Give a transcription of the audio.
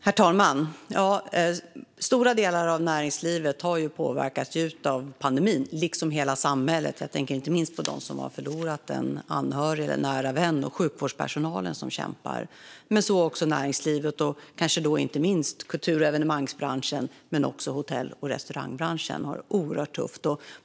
Herr talman! Stora delar av näringslivet har påverkats av pandemin, liksom hela samhället. Jag tänker inte minst på dem som har förlorat en anhörig eller nära vän och på sjukvårdspersonalen som kämpar. Det gäller också näringslivet, inte minst kultur och evenemangsbranschen samt hotell och restaurangbranschen. De har det oerhört tufft.